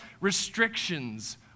restrictions